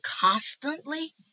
constantly